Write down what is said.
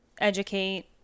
educate